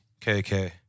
KK